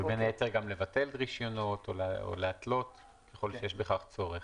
ובין היתר גם לבטל רישיונות או להתלות ככל שיש בכך צורך.